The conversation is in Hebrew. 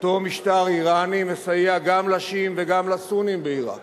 אותו משטר אירני מסייע גם לשיעים וגם לסונים בעירק